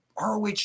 ROH